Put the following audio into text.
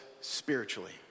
spiritually